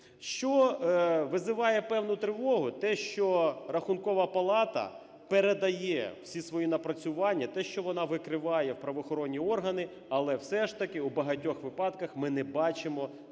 Що визиває певну тривогу? Те, що Рахункова палата передає всі свої напрацювання, те, що вона викриває правоохоронні органи, але все ж таки у багатьох випадках ми не бачимо достойного